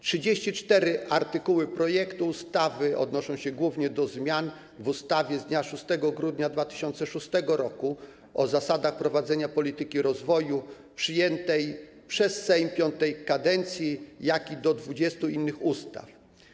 34 artykuły projektu ustawy odnoszą się głównie do zmian w ustawie z dnia 6 grudnia 2006 r. o zasadach prowadzenia polityki rozwoju, przyjętej przez Sejm V kadencji, ale też do 20 innych ustaw.